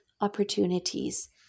opportunities